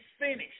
finished